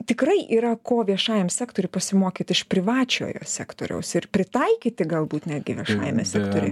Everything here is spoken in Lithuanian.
tikrai yra ko viešajam sektoriui pasimokyti iš privačiojo sektoriaus ir pritaikyti galbūt netgi viešajame sektoriuje